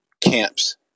camps